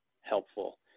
helpful